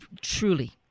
truly